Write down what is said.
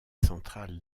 centrales